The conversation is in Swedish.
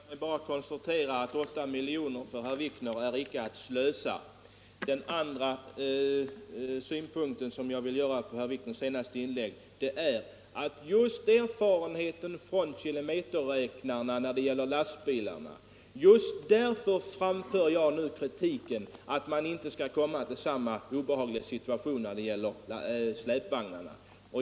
Herr talman! Jag konstaterar bara att 8 milj.kr. i onödiga utgifter inte innebär att man slösar enligt herr Wikners uppfattning. Den andra synpunkten som jag vill framföra efter herr Wikners senaste inlägg är att just erfarenheten från kilometerräknarna på lastbilarna föranleder mig att nu framföra kritik för att vi inte skall hamna i samma obehagliga situation när det gäller släpvagnarna.